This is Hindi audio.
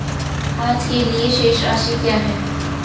आज के लिए शेष राशि क्या है?